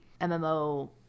MMO